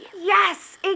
Yes